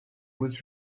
was